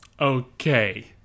Okay